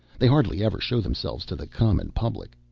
they hardly ever show themselves to the common public.